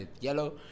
yellow